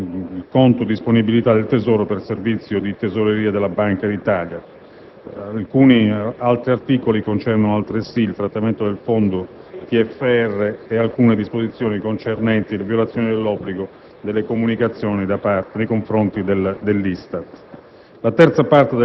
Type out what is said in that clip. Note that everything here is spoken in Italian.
e del conto disponibilità del Tesoro per il servizio di tesoreria della Banca d'Italia. Altri articoli concernono altresì il trattamento del Fondo TFR e alcune norme relative alla violazione dell'obbligo delle comunicazioni nei confronti dell'ISTAT.